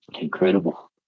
Incredible